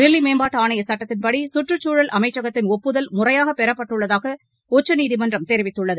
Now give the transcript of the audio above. தில்லி மேம்பாட்டு ஆணைய சட்டத்தின்படி சுற்றுச்சூழல் அமைச்சகத்தின் ஒப்புதல் முறையாக பெறப்பட்டுள்ளதாக உச்சநீதிமன்றம் தெரிவித்துள்ளது